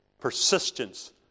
persistence